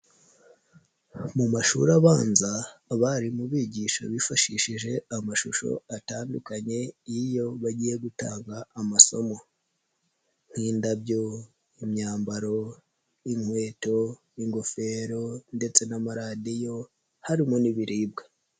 Mu mashuri abanza abarimu bigisha bifashishije amashusho atandukanye iyo bagiye gutanga amasomo, nk'indabyo, imyambaro y'inkweto, n'ingofero ndetse n'amaradiyo harimo n'ibiribwa.